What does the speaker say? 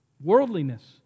worldliness